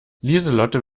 lieselotte